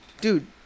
dude